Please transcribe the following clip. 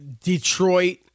Detroit